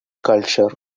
culture